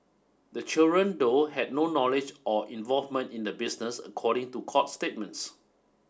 the children though had no knowledge or involvement in the business according to court statements